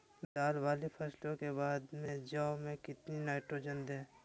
दाल वाली फसलों के बाद में जौ में कितनी नाइट्रोजन दें?